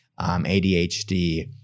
ADHD